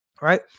right